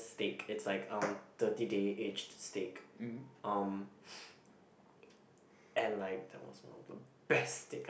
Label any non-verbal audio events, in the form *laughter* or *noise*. steak it's like um thirty day aged steak um *noise* and like that was one of the best steak I